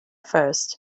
first